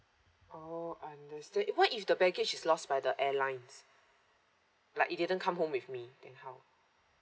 oh understand what if the baggage is lost by the airlines like it didn't come home with me then how